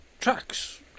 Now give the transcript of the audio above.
tracks